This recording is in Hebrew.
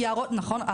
נכון.